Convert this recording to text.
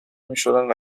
میشدند